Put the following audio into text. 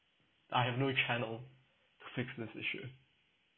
I have no channel to fix this issue